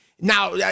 Now